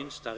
delar!